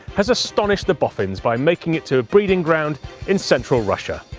has astonished the boffins by making it to a breeding ground in central russia.